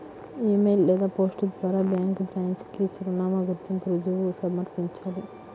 ఇ mail లేదా post ద్వారా bank branch కి చిరునామా, గుర్తింపు రుజువు సమర్పించాలి